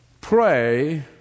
pray